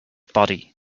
body